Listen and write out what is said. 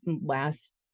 last